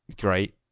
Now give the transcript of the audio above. Great